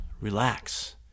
relax